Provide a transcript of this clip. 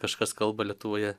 kažkas kalba lietuvoje